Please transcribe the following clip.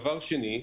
דבר שני,